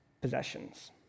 possessions